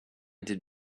did